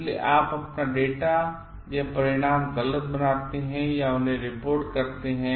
इसलिए आप अपना डेटा या परिणाम गलत बनाते हैं या उन्हें रिपोर्ट करते हैं